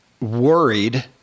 worried